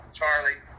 Charlie